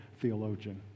theologian